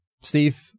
Steve